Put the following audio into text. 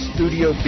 Studio